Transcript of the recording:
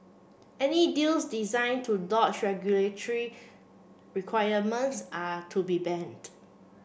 any deals designed to dodge regulatory requirements are to be banned